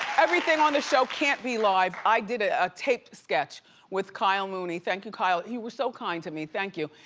everything on the show can't be live. i did a ah taped sketch with kyle mooney. thank you kyle. he was so kind to me. thank you.